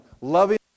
loving